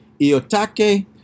Iotake